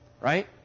Right